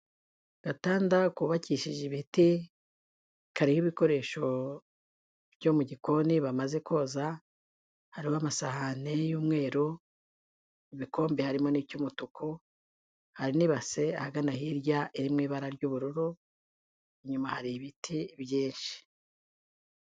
Gatanda kubabakishije ibiti kaho ibikoresho byo mu gikoni bamaze koza, hariho amasahani y'umweru, ibikombe harimo n'icy'umutuku, hari n'ibase ahagana hirya iri mu ibara ry'ubururu, inyuma hari ibiti byinshi.